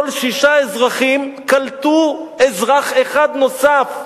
כל שישה אזרחים קלטו אזרח אחד נוסף.